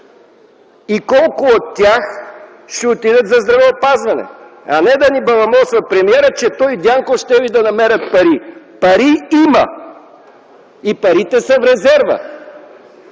и колко от тях ще отидат за здравеопазване?”, а не да ни баламосва премиерът, че той и Дянков щели да намерят пари. Пари има и те са в резерва.